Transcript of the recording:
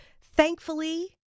Thankfully